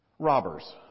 Robbers